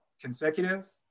consecutive